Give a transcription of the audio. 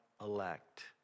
elect